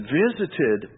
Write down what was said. visited